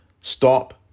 stop